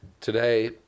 Today